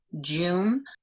June